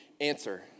answer